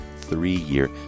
three-year